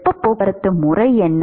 வெப்ப போக்குவரத்து முறை என்ன